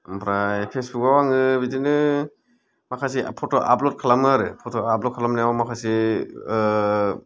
ओमफ्राय फेसबुकाव आङो बिदिनो माखासे फट' आप्लड खालमो आरो आप्लड खालामनायाव माखासे